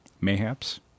Mayhaps